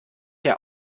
der